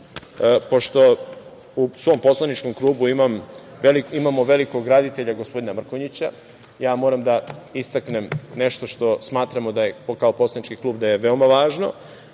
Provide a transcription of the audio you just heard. Pošto u svom poslaničkom klubu imamo velikog graditelja, gospodina Mrkonjića, ja moram da istaknem nešto što smatramo, kao poslanički klub, da je veoma važno,